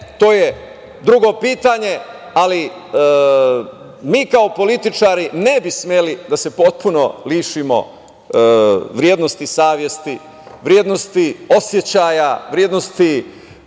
to je drugo pitanje, ali mi kao političari ne bi smeli da potpuno lišimo vrednosti savesti, vrednosti osećaja, vrednosti